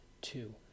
two